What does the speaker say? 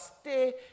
stay